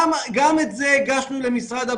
את הכול הגשנו למשרד הבריאות.